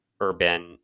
urban